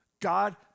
God